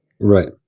right